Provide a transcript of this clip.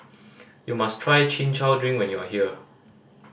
you must try Chin Chow drink when you are here